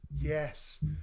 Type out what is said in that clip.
yes